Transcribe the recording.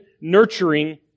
nurturing